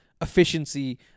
efficiency